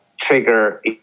trigger